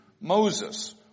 Moses